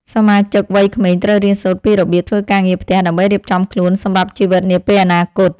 សមាជិកវ័យក្មេងត្រូវរៀនសូត្រពីរបៀបធ្វើការងារផ្ទះដើម្បីរៀបចំខ្លួនសម្រាប់ជីវិតនាពេលអនាគត។